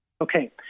Okay